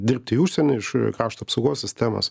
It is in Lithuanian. dirbti į užsienį iš krašto apsaugos sistemos